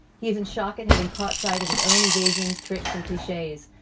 he's in shock and having caught sight of his own evasions, tricks and cliches,